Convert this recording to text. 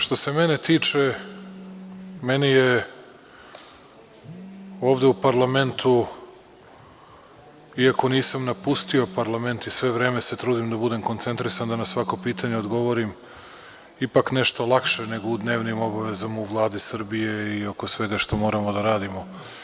Što se mene tiče, meni je ovde u parlamentu, i ako nisam napustio parlament i sve vreme se trudim da budem koncentrisan da na svako pitanje odgovorim, ipak nešto lakše je nego u dnevnim obavezama u Vladi Srbije i oko svega što moramo da radimo.